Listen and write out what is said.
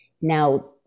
Now